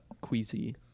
queasy